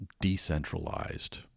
decentralized